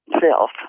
self